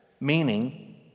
meaning